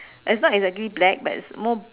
it's not exactly black but it's more